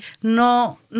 no